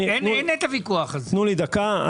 תנו לי דקה.